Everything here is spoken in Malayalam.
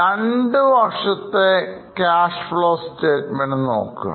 രണ്ടു വർഷത്തെ ക്യാഷ് Flow Statement നോക്കുക